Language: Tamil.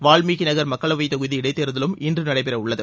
வால்மீகி நகர் மக்களவை தொகுதி இடைத்தேர்தலும் இன்று நடைபெற உள்ளது